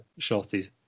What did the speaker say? shorties